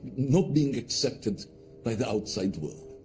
not being accepted by the outside world?